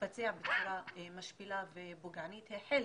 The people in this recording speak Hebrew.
מתבצע בצורה משפילה ופוגענית החל